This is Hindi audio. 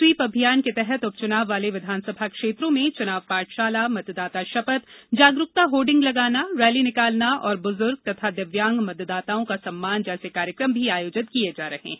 स्वीप अभियान के तहत उपचुनाव वाले विधानसभा क्षेत्रों में चुनाव पाठशाला मतदाता शपथ जागरुकता होर्डिंग लगाना रैली निकालना और बुजुर्ग और दिव्यांग मतदाताओं का सम्मान जैसे कार्यक्रम भी आयोजित किए जा रहे हैं